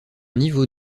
niveau